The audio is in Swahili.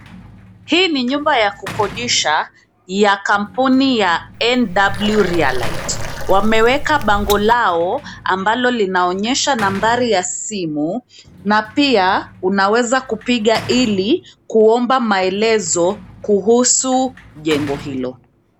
Hii ni nyumba ya kukodisha ya kampuni ya NW Realite . Wameweka bango lao ambalo linaonyesha nambari ya simu na pia unaweza kupiga ili kuomba maelezo kuhusu jengo hilo.